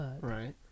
Right